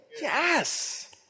Yes